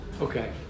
Okay